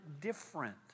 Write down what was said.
different